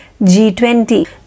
G20